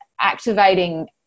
activating